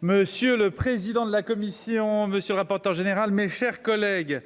Monsieur le président de la commission. Monsieur le rapporteur général, mes chers collègues